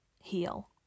heal